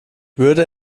würde